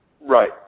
Right